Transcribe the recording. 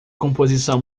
composição